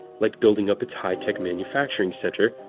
like building up its high-tech manufacturing sector,